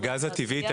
הגז הטבעי.